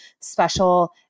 special